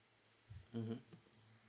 mmhmm